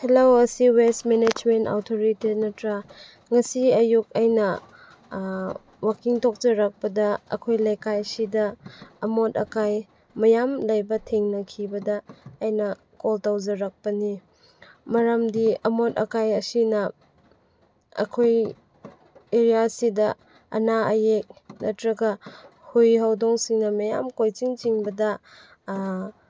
hello ꯑꯁꯤ waste management authority ꯅꯠꯇ꯭ꯔꯥ ꯉꯁꯤ ꯑꯌꯨꯛ ꯑꯩꯅ ꯋꯥꯛꯀꯤꯡ ꯊꯣꯛꯆꯔꯛꯄꯗ ꯑꯩꯈꯣꯏ ꯂꯩꯀꯥꯏꯁꯤꯗ ꯑꯃꯣꯠ ꯑꯀꯥꯏ ꯃꯌꯥꯝ ꯂꯩꯕ ꯊꯦꯡꯅꯈꯤꯕꯗ ꯑꯩꯅ ꯀꯣꯜ ꯇꯧꯖꯔꯛꯄꯅꯤ ꯃꯔꯝꯗꯤ ꯑꯃꯣꯠ ꯑꯀꯥꯏ ꯑꯁꯤꯅ ꯑꯩꯈꯣꯏ ꯑꯦꯔꯤꯌꯥꯁꯤꯗ ꯑꯅꯥ ꯑꯌꯦꯛ ꯅꯠꯇ꯭ꯔꯒ ꯍꯨꯏ ꯍꯧꯗꯣꯡꯁꯤꯡꯅ ꯃꯌꯥꯝ ꯀꯣꯏꯆꯤꯡ ꯆꯤꯡꯕꯗ